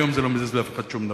היום זה לא מזיז לאף אחד שום דבר.